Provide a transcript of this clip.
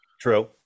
True